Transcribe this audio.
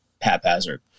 haphazard